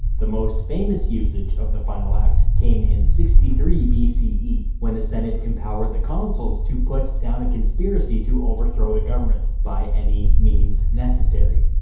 the most famous usage of the final act came in sixty three b c e, when the senate empowered the consuls to put down a conspiracy to overthrow the government by any means necessary.